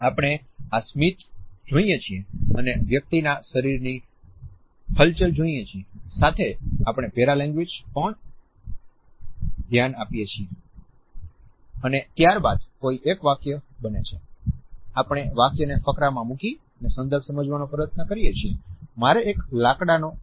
આપણે આ સ્મિત જોઈએ છીએ અને વ્યક્તિના શરીરની હલચલ જોઈએ છીએ સાથે આપણે પેરા લેંગ્વેજ પર પણ ધ્યાન આપીએ છીએ અને ત્યારબાદ કોઈ એક વાક્ય બને છે